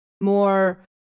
more